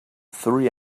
three